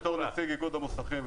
בתור נציג איגוד המוסכים,